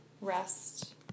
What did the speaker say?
rest